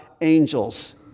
angels